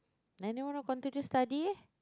nineteen want to continue study leh